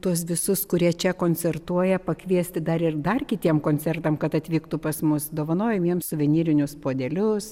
tuos visus kurie čia koncertuoja pakviesti dar ir dar kitiem koncertam kad atvyktų pas mus dovanojam jiems suvenyrinius puodelius